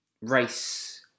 race